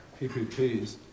PPPs